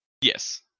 Yes